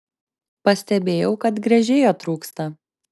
pastebėjau kad gręžėjo trūksta